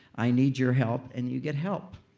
i need your help and you get help.